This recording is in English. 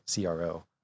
CRO